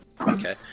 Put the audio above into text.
Okay